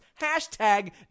Hashtag